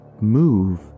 move